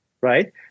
right